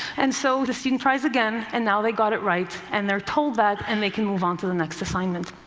and so, the student tries again, and now they got it right, and they're told that, and they can move on to the next assignment.